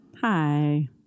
Hi